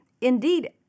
Indeed